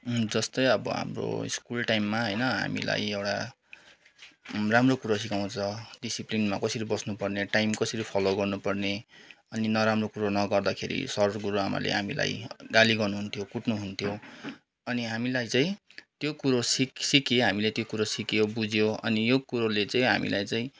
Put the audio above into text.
जस्तै अब हाम्रो स्कुल टाइममा होइन हामीलाई एउटा राम्रो कुरो सिकाउँछ डिसिप्लिनमा कसरी बस्नुपर्ने टाइम कसरी फलो गर्नुपर्ने अनि नराम्रो कुरो नगर्दाखेरि सर गुरुआमाले हामीलाई गाली गर्नुहुन्थ्यो कुट्नुहुन्थ्यो अनि हामीलाई चाहिँ त्यो कुरो सिक सिकियो हामीले त्यो कुरो सिकियो बुझियो अनि यो कुरोले चाहिँ हामीलाई चाहिँ